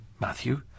Matthew